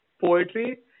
poetry